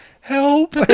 help